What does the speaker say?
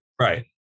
Right